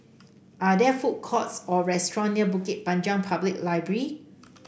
are there food courts or restaurants near Bukit Panjang Public Library